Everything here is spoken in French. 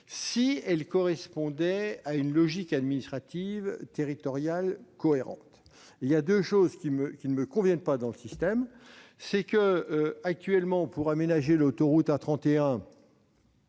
si elle correspondait à une logique administrative territoriale cohérente. Deux éléments ne me conviennent pas dans le système actuel. Premièrement, pour aménager l'autoroute A31